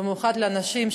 במיוחד לאנשים,